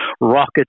rocket